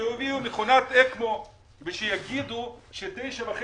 שיביאו מכונת אקמו ושיגידו ש- 9.5